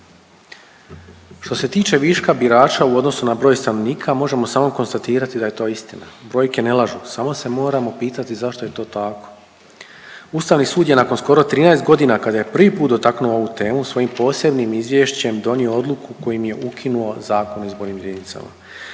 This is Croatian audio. Što se tiče viška birača u odnosu na broj stanovnika možemo samo konstatirati da je to istina, brojke ne lažu. Samo se moramo pitati zašto je to tako. Ustavni sud je nakon skoro 13 godina kada je prvi put dotaknuo ovu temu svojim posebnim izvješćem donio odluku kojim je ukinuo Zakon o izbornim jedinicama.